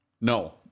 No